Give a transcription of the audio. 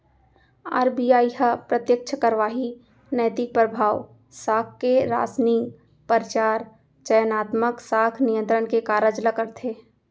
RBI ह प्रत्यक्छ कारवाही, नैतिक परभाव, साख के रासनिंग, परचार, चयनात्मक साख नियंत्रन के कारज ल करथे